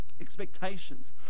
expectations